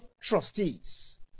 trustees